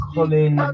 Colin